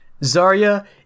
Zarya